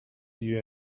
you